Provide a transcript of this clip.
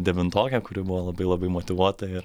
devintokė kuri buvo labai labai motyvuota ir